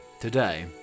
today